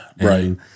Right